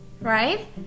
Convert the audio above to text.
right